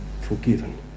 forgiven